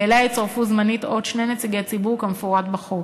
ואליה יצורפו זמנית עוד שני נציגי ציבור כמפורט בחוק.